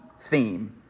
theme